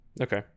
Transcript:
Okay